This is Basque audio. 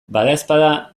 badaezpada